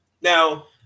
Now